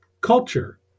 culture